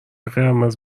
قرمز